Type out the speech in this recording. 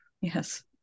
Yes